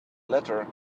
letter